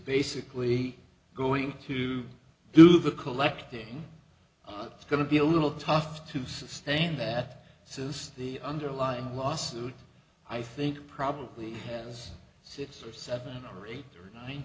basically going to do the collecting on it's going to be a little tough to sustain that says the underlying lawsuit i think probably has six or seven or eight or nine